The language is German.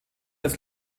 des